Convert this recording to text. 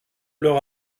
leur